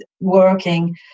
working